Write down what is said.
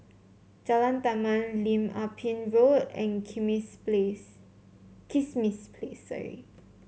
Jalan Taman Lim Ah Pin Road and Kismis Place